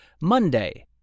Monday